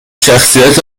شخصیت